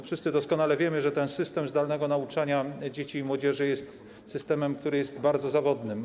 Wszyscy doskonale wiemy, że ten system zdalnego nauczania dzieci i młodzieży jest systemem bardzo zawodnym.